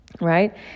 right